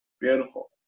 Beautiful